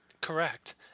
Correct